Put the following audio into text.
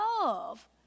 love